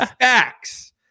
Facts